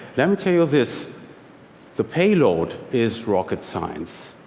let me tell you this the payload is rocket science.